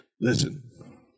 Listen